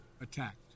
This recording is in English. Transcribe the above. attacked